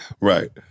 Right